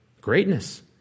Greatness